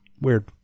Weird